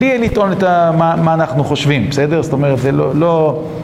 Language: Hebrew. בלי יהיה לטעון את מה אנחנו חושבים, בסדר? זאת אומרת, זה לא...